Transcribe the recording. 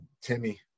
Timmy